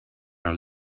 are